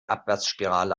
abwärtsspirale